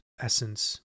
essence